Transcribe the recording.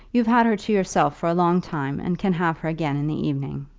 you've had her to yourself for a long time, and can have her again in the evening.